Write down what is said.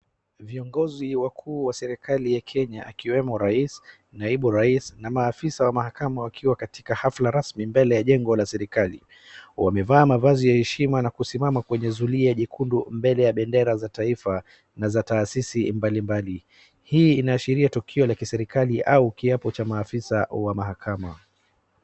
Viongozi wakuu wa serikali ya Kenya akiwemo rais , naibu rais na maafisa wa mahakama wakiwa katika hafla rasmi mbele ya jengo la serikali. wamevaa mavazi ya heshima na kusimama kwenye zulia jekundu mbele ya bendera za taifa na za taasisi mbalimbali. Hii inaashiria tukio la kiserikalia au kiapo cha maafisa wa mahakama.